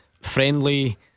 Friendly